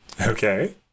Okay